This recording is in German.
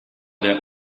der